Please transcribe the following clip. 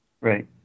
Right